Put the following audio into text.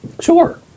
Sure